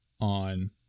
on